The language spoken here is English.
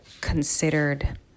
considered